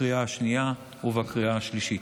בקריאה השנייה ובקריאה השלישית.